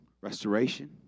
restoration